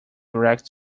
erect